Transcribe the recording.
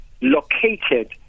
located